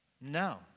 No